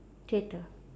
theatre